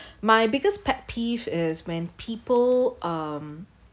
my biggest pet peeve is when people um